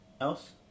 else